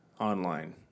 online